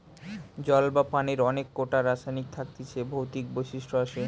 জল বা পানির অনেক কোটা রাসায়নিক থাকতিছে ভৌতিক বৈশিষ্ট আসে